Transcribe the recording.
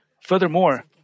Furthermore